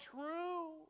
true